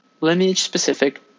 lineage-specific